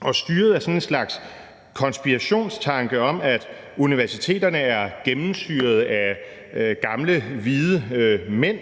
og styret af sådan en slags konspirationstanke om, at universiteterne er gennemsyret af gamle hvide mænd,